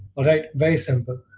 right, very simple.